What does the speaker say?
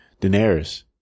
Daenerys